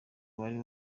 wari